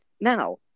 now